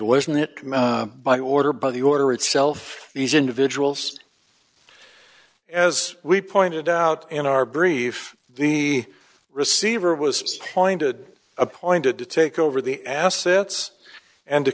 wasn't it by order by the order itself these individuals as we pointed out in our brief the receiver was pointed appointed to take over the assets and to